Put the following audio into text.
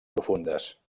profundes